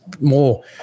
more